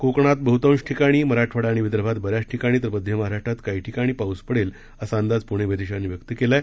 कोकणात बहतांश ठिकाणी मराठवाडा आणि विदर्भात बऱ्याच ठिकाणी तर मध्य महाराष्ट्रात काही ठिकाणी उदया पाऊस पडेल असा अंदाज पूणे वेधशाळेनं व्यक्त केला आहे